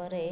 ପରେ